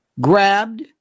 grabbed